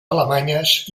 alemanyes